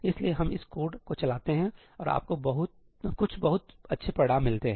इसलिए हम इस कोड को चलाते हैं और आपको कुछ बहुत अच्छे परिणाम मिलते हैं